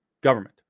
government